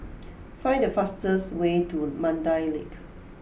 find the fastest way to Mandai Lake